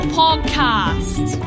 podcast